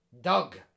Doug